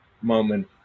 moment